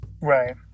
Right